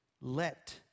Let